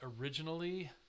originally